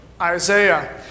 Isaiah